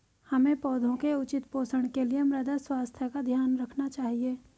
हमें पौधों के उचित पोषण के लिए मृदा स्वास्थ्य का ध्यान रखना चाहिए